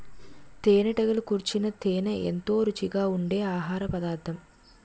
తేనెటీగలు కూర్చిన తేనే ఎంతో రుచిగా ఉండె ఆహారపదార్థం